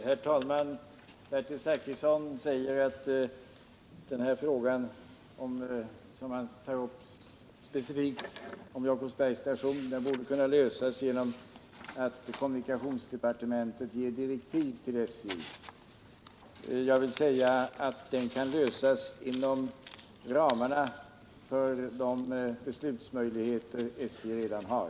Herr talman! Bertil Zachrisson säger att den fråga, om Jakobsbergs station, som han tar upp specifikt bör kunna lösas genom att kommunikationsdepartementet ger direktiv till SJ, men jag vill säga att problemet kan lösas inom ramarna för de beslutsmöjligheter som SJ redan har.